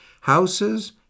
houses